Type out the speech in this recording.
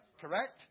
Correct